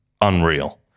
unreal